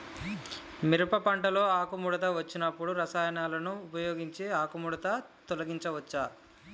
మిరప పంటలో ఆకుముడత వచ్చినప్పుడు రసాయనాలను ఉపయోగించి ఆకుముడత తొలగించచ్చా?